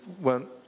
went